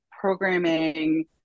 programming